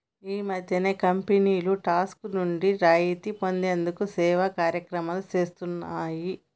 ఈ మధ్యనే కంపెనీలు టాక్స్ నుండి రాయితీ పొందేందుకు సేవా కార్యక్రమాలు చేస్తున్నాయి